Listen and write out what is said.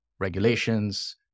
regulations